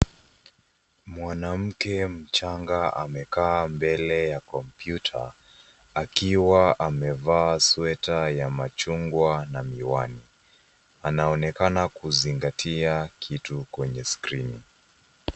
Mwanamke mchanga amekaa mbele ya kompyuta akiwa amevaa sweta ya machungwa na miwani. Anaonekana kuzingatia kitu kwenye skrini.